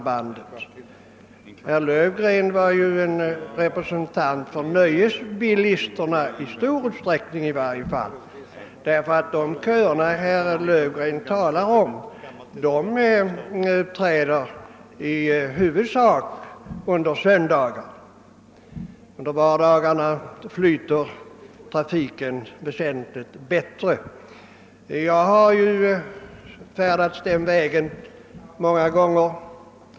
Herr Löfgren är ju en representant för nöjesbilisterna, i varje fall i stor utsträckning. De köer herr Löfgren talar om förekommer i huvudsak under söndagar. På vardagarna flyter trafiken väsentligt bättre. Jag har färdats den vägen många gånger.